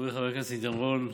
חברי חבר הכנסת עידן רול,